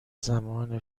زمان